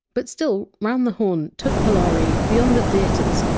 but still, round the horne took polari beyond the theatres,